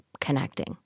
connecting